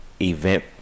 event